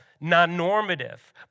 non-normative